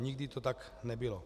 Nikdy to tak nebylo.